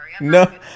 No